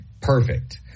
perfect